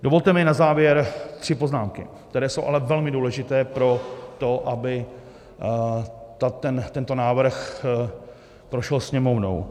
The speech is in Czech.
Dovolte mi na závěr tři poznámky, které jsou ale velmi důležité pro to, aby tento návrh prošel Sněmovnou.